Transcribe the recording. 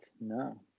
No